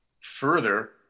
further